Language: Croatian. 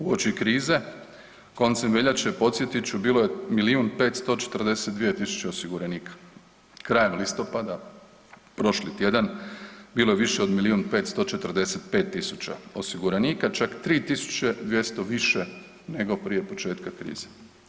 Uoči krize koncem veljače, podsjetit ću, bilo je milijun 542 tisuće osiguranika, krajem listopada prošli tjedan bilo je više od milijun 545 tisuća osiguranika, čak 3200 više nego prije početka krize.